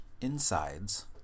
insides